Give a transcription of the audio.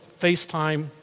FaceTime